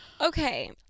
okay